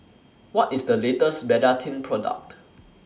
What IS The latest Betadine Product